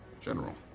general